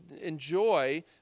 enjoy